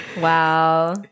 Wow